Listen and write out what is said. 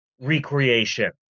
recreation